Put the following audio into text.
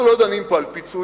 אנחנו לא דנים פה על פיצויים,